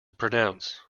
pronounce